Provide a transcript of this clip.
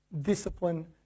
discipline